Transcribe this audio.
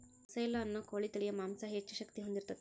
ಅಸೇಲ ಅನ್ನು ಕೋಳಿ ತಳಿಯ ಮಾಂಸಾ ಹೆಚ್ಚ ಶಕ್ತಿ ಹೊಂದಿರತತಿ